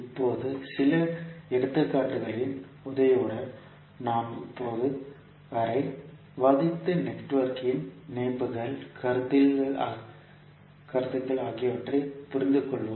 இப்போது சில எடுத்துக்காட்டுகளின் உதவியுடன் நாம் இப்போது வரை விவாதித்த நெட்வொர்க் இன் இணைப்புகள் கருத்துக்கள் ஆகியவற்றைப் புரிந்துகொள்வோம்